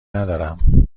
ندارم